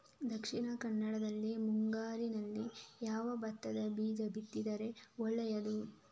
ದಕ್ಷಿಣ ಕನ್ನಡದಲ್ಲಿ ಮುಂಗಾರಿನಲ್ಲಿ ಯಾವ ಭತ್ತದ ಬೀಜ ಬಿತ್ತಿದರೆ ಒಳ್ಳೆಯದು?